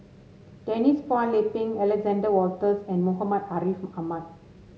Denise Phua Lay Peng Alexander Wolters and Muhammad Ariff Ahmad